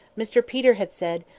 mr peter had said,